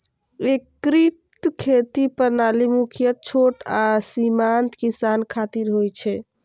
एकीकृत खेती प्रणाली मुख्यतः छोट आ सीमांत किसान खातिर होइ छै